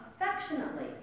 affectionately